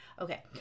Okay